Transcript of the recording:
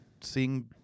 seeing